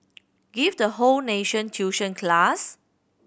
give the whole nation tuition class